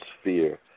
sphere